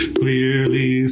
clearly